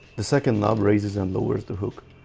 the second knob raises and lowers the hook.